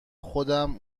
خودم